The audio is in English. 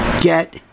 Get